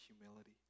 humility